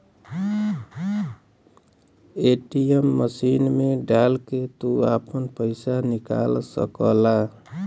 ATM machine मे डाल के तू आपन पइसा निकाल सकला